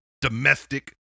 domestic